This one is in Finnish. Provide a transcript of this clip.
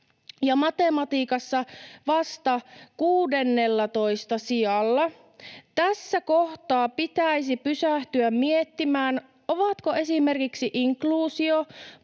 matematiikassa vasta kuudennellatoista sijalla. Tässä kohtaa pitäisi pysähtyä miettimään, ovatko esimerkiksi inkluusio,